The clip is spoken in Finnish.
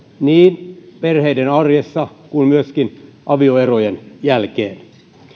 niin perheiden arjessa kuin myöskin avioerojen jälkeen